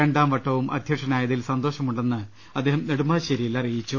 രണ്ടാംവട്ടവും അധ്യക്ഷനായതിൽ സന്തോഷമു ണ്ടെന്ന് അദ്ദേഹം നെടുമ്പാശേരിയിൽ പറഞ്ഞു